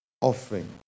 offering